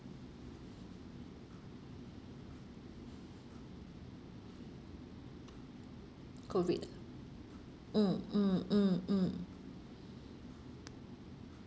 COVID ah mm mm mm mm